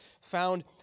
found